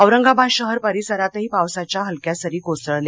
औरंगाबाद शहर परिसरातही पावसाच्या हलक्या सरी कोसळल्या